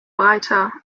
breiter